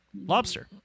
Lobster